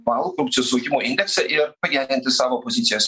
balų korupcijos suvokimo indekse ir pagerinti savo pozicijas